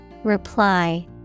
Reply